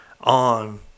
on